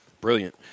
Brilliant